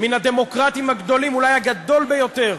מן הדמוקרטים הגדולים, אולי הגדול ביותר